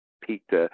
peaked